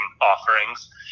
offerings